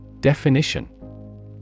Definition